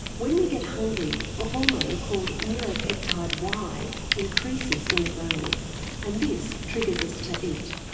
when we get hungry, a hormone called neuropeptide y increases in the brain and this triggers us to eat.